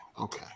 okay